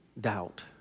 doubt